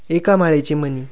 एका माळेचे मणी